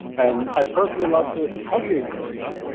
and i personally love to hug you in person,